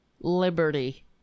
Liberty